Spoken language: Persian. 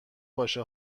باشه